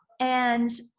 and,